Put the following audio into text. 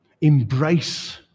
Embrace